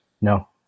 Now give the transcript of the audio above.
no